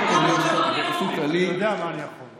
אני יודע מה אני יכול.